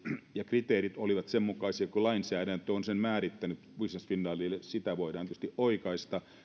ja kriteerit olivat sen mukaisia kuin lainsäädäntö on määrittänyt business finlandille sitä voidaan tietysti oikaista ja